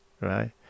right